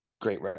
great